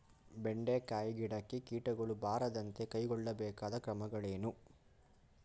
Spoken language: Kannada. ಬೆಂಡೆಕಾಯಿ ಗಿಡಕ್ಕೆ ಕೀಟಗಳು ಬಾರದಂತೆ ಕೈಗೊಳ್ಳಬೇಕಾದ ಕ್ರಮಗಳೇನು?